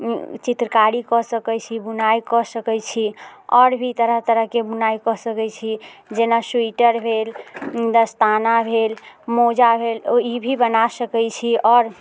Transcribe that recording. चित्रकारी कऽ सकैत छी बुनाइ कऽ सकैत छी आओर भी तरह तरहके बुनाइ कऽ सकैत छी जेना सुइटर भेल दस्ताना भेल मोजा भेल ई भी बना सकैत छी आओर